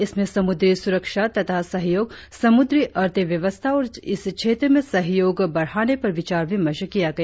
इसमें समुद्री सुरक्षा तथा सहयोग समुद्री अर्थव्यवस्था और इस क्षेत्र में सहयोग बढ़ाने पर विचार विमर्श किया गया